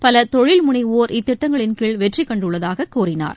பலதொழில் முனைவோர் இத்திட்டங்களின்கீழ் வெற்றிகண்டுள்ளதாககூறினார்